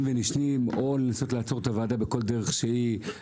ונשנים או לנסות לעצור את הוועדה בכל דרך שהיא,